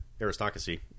aristocracy